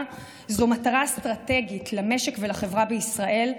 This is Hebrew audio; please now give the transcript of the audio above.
זו מטרה אסטרטגית למשק ולחברה בישראל.